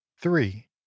Three